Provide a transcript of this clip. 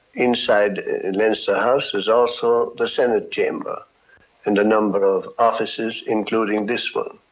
inside leinster house is also the senate chamber and a number of offices including this one.